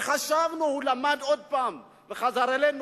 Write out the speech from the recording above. וחשבנו שהוא למד עוד פעם וחזר אלינו.